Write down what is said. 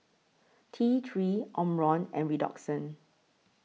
T three Omron and Redoxon